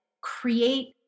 create